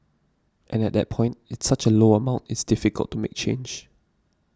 and at that point it's such a low amount it's difficult to make change